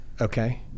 Okay